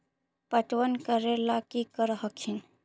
पटबन करे ला की कर हखिन?